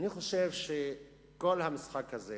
אני חושב שכל המשחק הזה